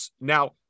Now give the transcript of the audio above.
Now